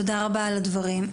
תודה רבה על הדברים.